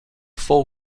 full